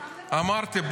אמרתי,